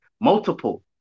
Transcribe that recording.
Multiple